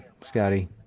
Scotty